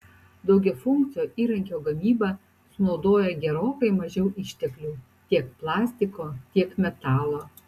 daugiafunkcio įrankio gamyba sunaudoja gerokai mažiau išteklių tiek plastiko tiek metalo